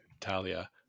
Talia